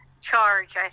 charge